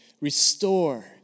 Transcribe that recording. Restore